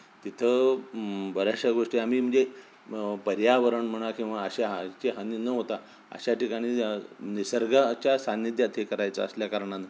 तिथं बऱ्याचशा गोष्टी आम्ही म्हणजे पर्यावरण म्हणा किंवा अशा ह्याची हानी न होता अशा ठिकाणी निसर्गाच्या सान्निध्यात हे करायचं असल्या कारणानं